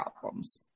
problems